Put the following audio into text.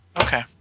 Okay